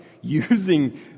using